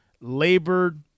labored